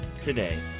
today